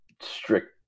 strict